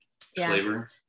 flavor